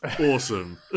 Awesome